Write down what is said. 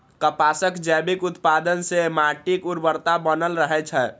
कपासक जैविक उत्पादन सं माटिक उर्वरता बनल रहै छै